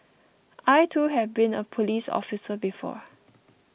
I too have been a police officer before